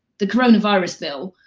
the coronavirus bill,